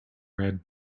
red